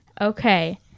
okay